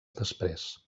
després